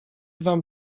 wam